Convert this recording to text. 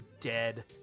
dead